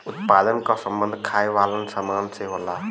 उत्पादन क सम्बन्ध खाये वालन सामान से होला